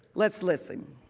let's listen.